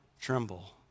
tremble